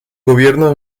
gobierno